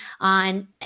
on